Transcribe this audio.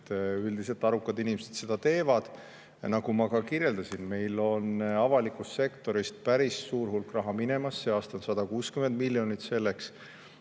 Üldiselt arukad inimesed seda teevad. Nagu ma ka kirjeldasin, meil on avalikust sektorist päris suur hulk raha [sellesse] minemas: see aasta on 160 miljonit,